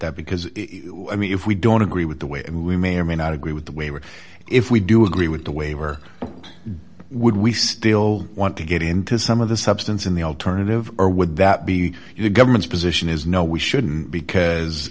that because i mean if we don't agree with the way and we may or may not agree with the way we if we do agree with the way we're would we still want to get into some of the substance in the alternative or would that be the government's position is no we shouldn't because